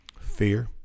Fear